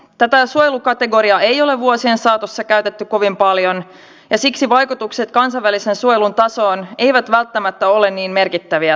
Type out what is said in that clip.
tätä suojelukategoriaa ei ole vuosien saatossa käytetty kovin paljon ja siksi vaikutukset kansainvälisen suojelun tasoon eivät välttämättä ole niin merkittäviä tai suuria